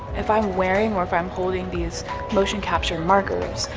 if i'm wearing or if i'm holding these motion capture markers,